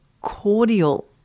cordial